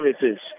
services